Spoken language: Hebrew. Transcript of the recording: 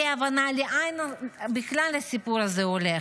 בלי הבנה בכלל לאן הסיפור הזה הולך.